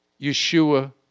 Yeshua